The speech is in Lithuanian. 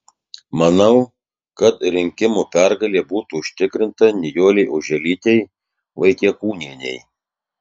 manau kad rinkimų pergalė būtų užtikrinta nijolei oželytei vaitiekūnienei